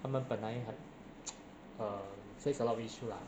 他们本来很 err face a lot of issue lah